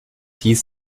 hieß